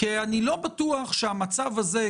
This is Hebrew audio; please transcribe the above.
לא בטוח שהמצב הזה,